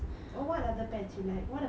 oh எனக்கு:enakku